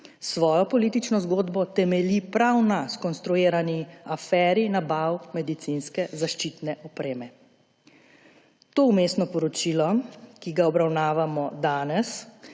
svojo politično zgodbo temelji prav na skonstruirani aferi nabav medicinske zaščitne opreme. To vmesno poročilo, ki ga obravnavamo danes,